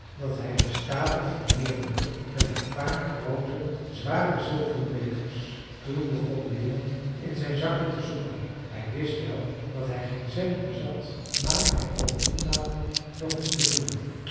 dat hij den stapel vermeerderde met een paar groote zware zilveren bekers toen begon de jongen in zijn zakken te zoeken hij wist wel dat hij geen cent bezat maar hij kon niet laten nog eens te voelen